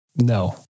no